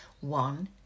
one